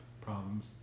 problems